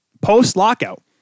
post-lockout